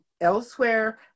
elsewhere